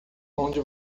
onde